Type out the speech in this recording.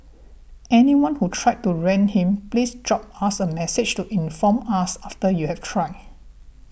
anyone who tried to rent him please drop us a message to inform us after you've tried